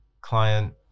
client